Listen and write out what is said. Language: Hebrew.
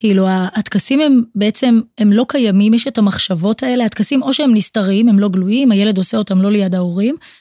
כאילו ה, הטקסים הם בעצם, הם לא קיימים, יש את המחשבות האלה, הטקסים או שהם נסתרים, הם לא גלויים, הילד עושה אותם לא ליד ההורים.